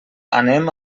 anem